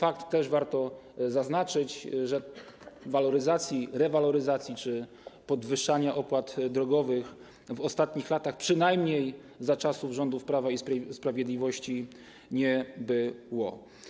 Warto też zaznaczyć fakt, że waloryzacji, rewaloryzacji czy podwyższania opłat drogowych w ostatnich latach, przynajmniej za czasów rządów Prawa i Sprawiedliwości, nie było.